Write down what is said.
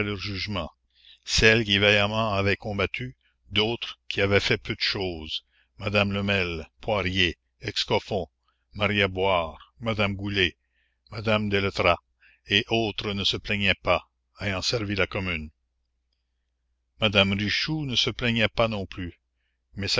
jugement celles qui vaillamment avaient combattu d'autres qui avaient fait peu de chose madame lemel poirier excoffons maria boire madame goulé madame deletras et autres ne se plaignaient pas ayant servi la commune madame richoux ne se plaignait pas non plus